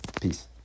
peace